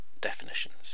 definitions